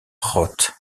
roth